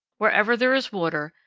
wherever there is water,